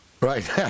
right